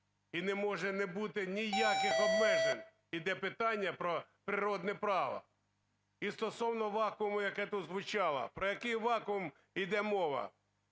і не може бути ніяких обмежень, йде питання про природне право. І стосовно вакууму, яке тут звучало. Про який вакуум іде мова?